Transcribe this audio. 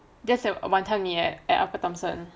that's a wanton mee at upper thomson